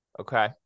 Okay